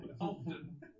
Often